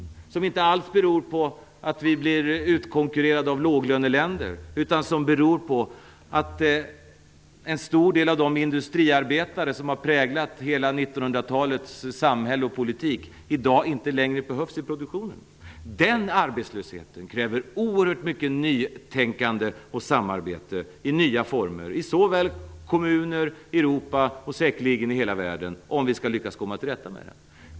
Den beror inte alls på att vi blivit utkonkurrerade av låglöneländer, utan den beror på att en stor del av de industriarbetare som präglat hela 1900-talets samhälle och politik i dag inte längre behövs i produktionen. Den arbetslösheten kräver oerhört mycket nytänkande och samarbete i nya former i såväl kommuner, Europa och säkerligen hela världen om vi skall lyckas komma till rätta med den.